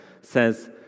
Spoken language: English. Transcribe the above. says